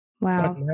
Wow